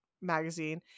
magazine